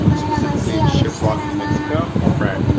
um specifically in shiprock, new mexico. right.